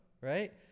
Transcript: right